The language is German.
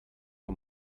uhr